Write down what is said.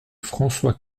françois